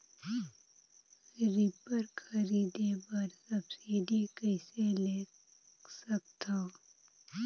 Reaper खरीदे बर subsidy कइसे ले सकथव?